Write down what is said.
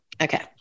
Okay